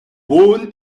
born